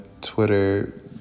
Twitter